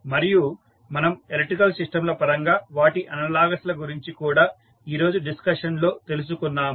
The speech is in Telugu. మరియు మనం ఎలక్ట్రికల్ సిస్టంల పరంగా వాటి అనలాగస్ ల గురించి కూడా ఈరోజు డిస్కషన్ లో తెలుసుకున్నాము